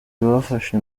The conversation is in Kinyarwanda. bafashe